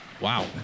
Wow